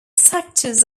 sectors